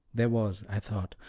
there was, i thought,